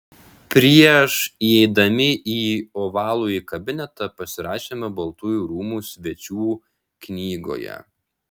prieš įeidami į ovalųjį kabinetą pasirašėme baltųjų rūmų svečių knygoje